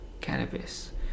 cannabis